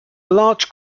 large